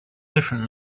different